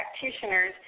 practitioners